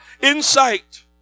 insight